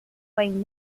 paying